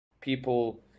People